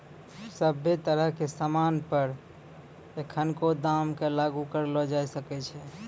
सभ्भे तरह के सामान पर एखनको दाम क लागू करलो जाय सकै छै